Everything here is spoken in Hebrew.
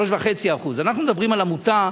3.5%. אנחנו מדברים על עמותה